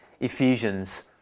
Ephesians